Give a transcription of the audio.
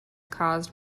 caused